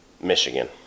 Michigan